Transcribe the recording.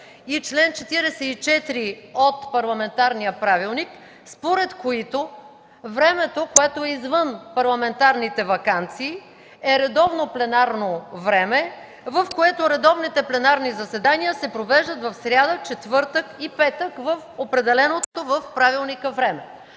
и чл. 44 от парламентарния правилник, според които времето извън парламентарните ваканции е редовно пленарно време, в което редовните пленарни заседания се провеждат в сряда, четвъртък и петък в определеното от правилника време.